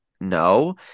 no